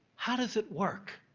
how does it work?